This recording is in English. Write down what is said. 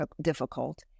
difficult